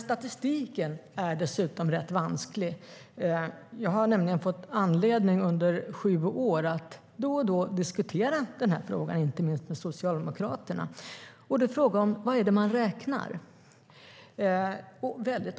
Statistiken är dessutom vansklig. Jag har under sju år haft anledning att då och då diskutera frågan, inte minst med Socialdemokraterna. Vilka är det som räknas?